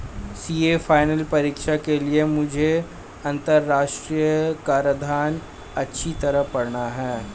CA final परीक्षा के लिए मुझे अंतरराष्ट्रीय कराधान अच्छी तरह पड़ना है